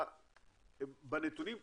בנתונים,